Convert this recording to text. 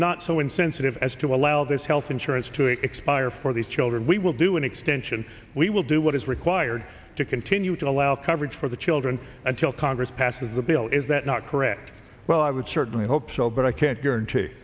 not so insensitive as to allow this health insurance to expire for these children we will do an extension we will do what is required to continue to allow coverage for the children until congress passes the bill is that not correct well i would certainly hope so but i can't guarantee